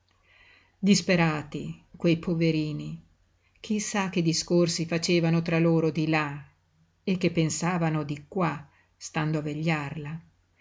disperati quei poverini chi sa che discorsi facevano tra loro di là e che pensavano di qua stando a vegliarla